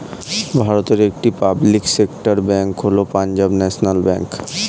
ভারতের একটি public sector bank হল পাঞ্জাব ন্যাশনাল ব্যাঙ্ক